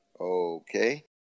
okay